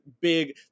big